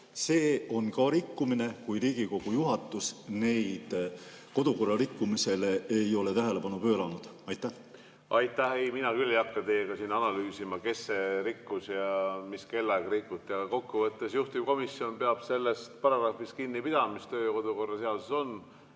see on ka rikkumine, kui Riigikogu juhatus kodukorra rikkumisele ei ole tähelepanu pööranud? Aitäh! Ei, mina küll ei hakka teiega siin analüüsima, kes rikkus ja mis kellaaega rikuti. Aga kokkuvõttes juhtivkomisjon peab sellest paragrahvist kinni pidama, mis töö- ja kodukorra seaduses on,